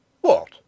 What